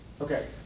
Okay